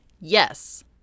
Yes